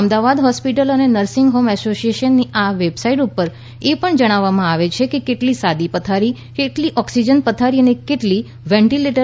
Ahmedabad hospital અને nursing home એસોસિયેશનની આ વેબસાઈટ ઉપર એ પણ જણાવવામાં આવે છે કે કેટલી સાદી પથારી કેટલી ઓક્સીઝ઼ન પથારી અને કેટલી વેન્ટિલેટર